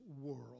world